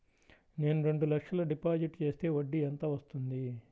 నేను రెండు లక్షల డిపాజిట్ చేస్తే వడ్డీ ఎంత వస్తుంది?